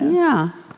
yeah.